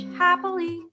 happily